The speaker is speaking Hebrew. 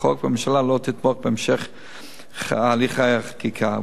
החוק והממשלה לא תתמוך בהמשך הליכי החקיקה.